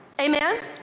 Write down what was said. Amen